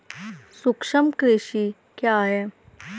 सूक्ष्म कृषि क्या है?